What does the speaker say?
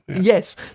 Yes